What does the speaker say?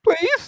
please